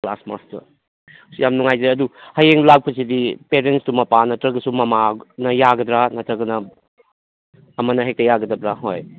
class master ꯑꯁ ꯌꯥꯝ ꯅꯨꯡꯉꯥꯏꯖꯔꯦ ꯑꯗꯨ ꯍꯌꯦꯡ ꯂꯥꯛꯄꯁꯤꯗꯤ ꯄꯦꯔꯦꯟꯁꯇꯨ ꯃꯄꯥ ꯅꯠꯇ꯭ꯔꯒꯁꯨ ꯃꯃꯥꯅ ꯌꯥꯒꯗ꯭ꯔꯥ ꯅꯠꯇ꯭ꯔꯒꯅ ꯑꯃꯅ ꯍꯦꯛꯇ ꯌꯥꯒꯗꯕ꯭ꯔꯥ ꯍꯣꯏ